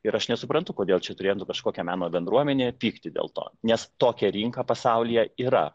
ir aš nesuprantu kodėl čia turėtų kažkokia meno bendruomenė pykti dėl to nes tokia rinka pasaulyje yra